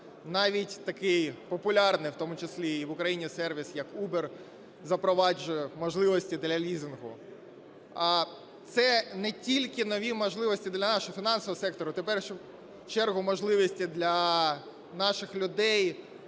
Навіть такий популярний, в тому числі і в Україні, сервіс, як Uber , запроваджує можливості для лізингу. А це не тільки нові можливості для нашого фінансового сектору, це в першу чергу можливості для наших людей